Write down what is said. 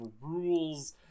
rules